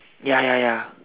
ya ya ya